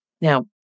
Now